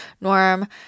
norm